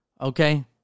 okay